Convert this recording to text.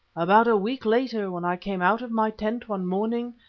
about a week later when i came out of my tent one morning,